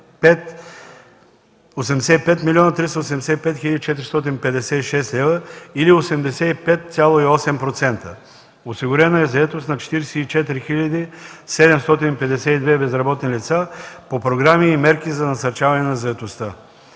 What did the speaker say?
85 млн. 385 хил. 456 лв. или 85,8%. Осигурена е заетост на 44 хил. 752 безработни лица по програми и мерки за насърчаване на заетостта.